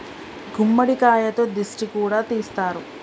గుమ్మడికాయతో దిష్టి కూడా తీస్తారు